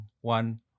one